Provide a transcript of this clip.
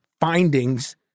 findings